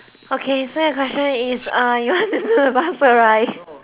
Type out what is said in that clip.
okay so your question is uh you want to know the password right